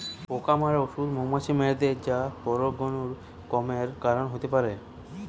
পোকা মারার ঔষধ মৌমাছি মেরে দ্যায় যা পরাগরেণু কমের কারণ হতে পারে